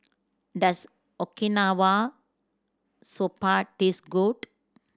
does Okinawa Soba taste good